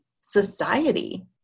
society